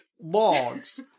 logs